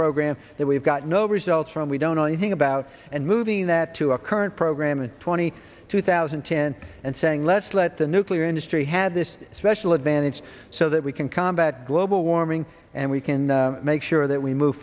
program that we've got no results from we don't know anything about and moving that to a current program and twenty two thousand and ten and saying let's let the nuclear industry had this special advantage so that we can combat global warming and we can make sure that we move